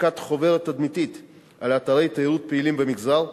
הפקת חוברת תדמיתית על אתרי תיירות פעילים במגזר.